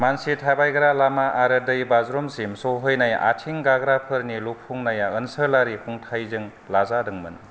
मानसि थाबायग्रा लामा आरो दैबाज्रुमसिम सहैनाय आथिं गाग्राफोरनि लुफुंनाया ओनसोलारि खुंथायजों लाजादोंमोन